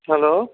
hello